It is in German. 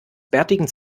bärtigen